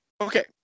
Okay